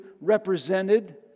represented